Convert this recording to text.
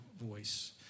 voice